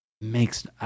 Makes